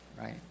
right